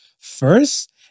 first